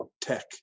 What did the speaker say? tech